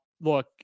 Look